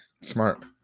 Smart